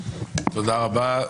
תודה רבה.